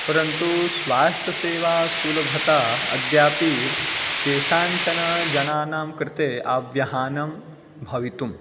परन्तु स्वास्थसेवा सुलभता अद्यापि केषाञ्चन जनानां कृते अव्यहानं भवितुम्